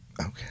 Okay